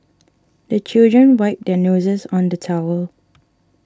the children wipe their noses on the towel